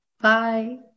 Bye